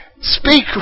speak